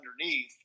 underneath